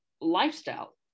lifestyle